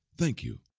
thank you.